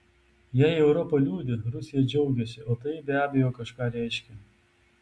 jei europa liūdi rusija džiaugiasi o tai be abejo kažką reiškia